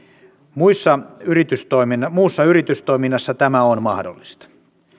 muussa yritystoiminnassa muussa yritystoiminnassa tämä on mahdollista